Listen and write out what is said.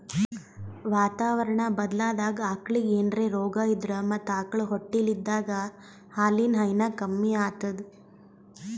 ವಾತಾವರಣಾ ಬದ್ಲಾದಾಗ್ ಆಕಳಿಗ್ ಏನ್ರೆ ರೋಗಾ ಇದ್ರ ಮತ್ತ್ ಆಕಳ್ ಹೊಟ್ಟಲಿದ್ದಾಗ ಹಾಲಿನ್ ಹೈನಾ ಕಮ್ಮಿ ಆತದ್